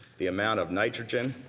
the amount of nitrogen,